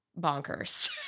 bonkers